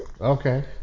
Okay